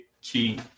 key